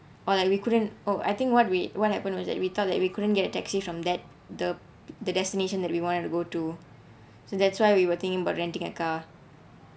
or like we couldn't oh I think what we what happened was that we thought that we couldn't get a taxi from that the the destination that we wanted to go to so that's why we were thinking about renting a car